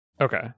Okay